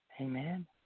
Amen